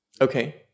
Okay